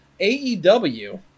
AEW